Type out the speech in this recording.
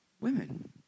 women